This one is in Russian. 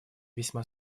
весьма